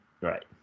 right